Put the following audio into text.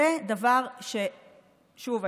שוב,